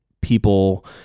people